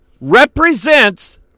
represents